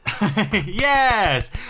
Yes